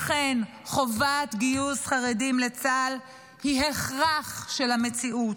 לכן, חובת גיוס חרדים לצה"ל היא הכרח של המציאות.